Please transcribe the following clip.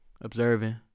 observing